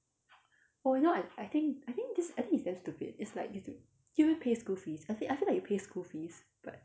!wah! you know I I think I think this I think it's damn stupid it's like you have to you have to pay school fees I feel I feel like you pay school fees but